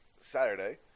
Saturday